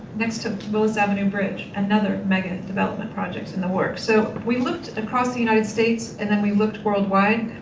next to willis avenue bridge another megadevelopment project in the works. so we looked across the united states and then we looked worldwide.